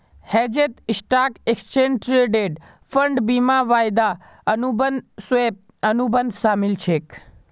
हेजत stock, exchange traded fund, बीमा, वायदा अनुबंध, स्वैप, अनुबंध शामिल छेक